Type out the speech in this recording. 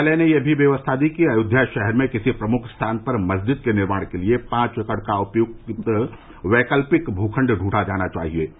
न्यायालय ने यह भी व्यवस्था दी कि अयोध्या शहर में किसी प्रमुख स्थान पर मस्जिद के निर्माण के लिए पांच एकड़ का उपयुक्त वैकत्पिक भूखंड द्वंढा जाना चाहिए